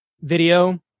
video